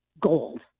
gold